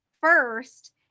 first